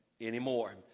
anymore